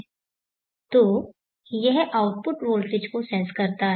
तो यह output voltage को सेंस करता है